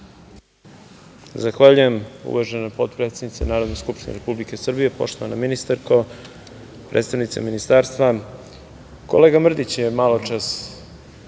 Zahvaljujem, uvažena potpredsednice Narodne skupštine Republike Srbije. Poštovana ministarko, predstavnici ministarstva, kolega Mrdić je maločas